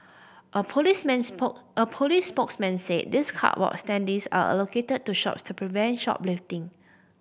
a policeman's a police spokesman said these cardboard standees are allocated to shops to prevent shoplifting